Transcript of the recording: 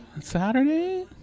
Saturday